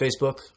Facebook